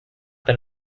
been